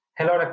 Hello